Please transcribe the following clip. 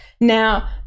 Now